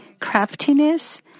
craftiness